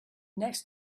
next